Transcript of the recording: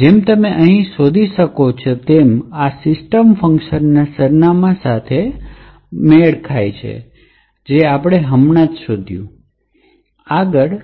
જેમ તમે અહીં જોઈ શકો છો કે આ સિસ્ટમ ફંક્શનના સરનામાં સાથે મેળ ખાય છે જે આપણે હમણાં જ શોધી કાઢ્યું છે આગળ ખરેખર